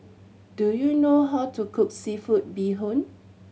do you know how to cook seafood bee hoon